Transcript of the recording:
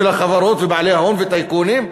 של החברות ובעלי ההון וטייקונים.